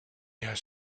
has